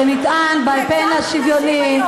שנטען בפן השוויוני,